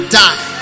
die